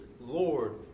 Lord